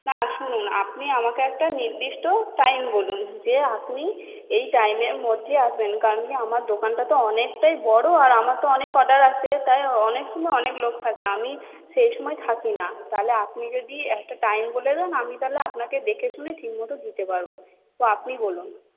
না শুনুন আপনি আমাকে একটা নির্দিষ্ট টাইম বলুন যে আপনি এই টাইমের মধ্যে আসবেন কারণ কি আমার দোকানটা তো অনেকটাই বড়ো আর আমার তো অনেক অর্ডার আসে তাই অনেক সময় অনেক লোক থাকে আমি সেই সময় থাকি না তাহলে আপনি যদি একটা টাইম বলে দেন আমি তাহলে আপনাকে দেখে শুনে ঠিক মত দিতে পারবো তো আপনি বলুন